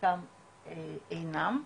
ובחלקם אינם.